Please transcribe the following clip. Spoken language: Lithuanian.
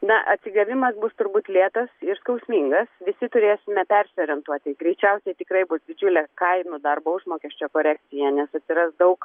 na atsigavimas bus turbūt lėtas ir skausmingas visi turėsime persiorientuoti greičiausiai tikrai bus didžiulės kainų darbo užmokesčio korekcija nes atsiras daug